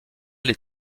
les